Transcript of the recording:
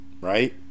Right